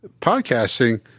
podcasting